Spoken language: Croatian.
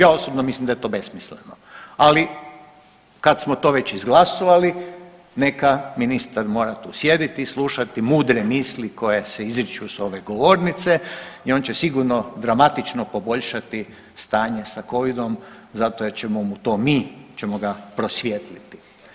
Ja osobno mislim da je to besmisleno, ali kad smo to već izglasovali neka ministar mora tu sjediti i slušati mudre misli koje se izriču sa ove govornice i on će sigurno dramatično poboljšati stanje sa covidom zato jer ćemo mu to mi ćemo ga prosvijetliti.